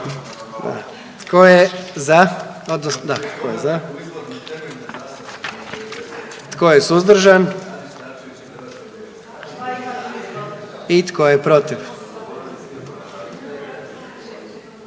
Tko je za? Tko je suzdržan? I tko je protiv?